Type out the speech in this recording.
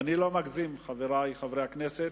ואני לא מגזים, חברי חברי הכנסת,